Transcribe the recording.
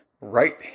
right